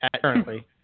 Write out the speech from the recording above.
currently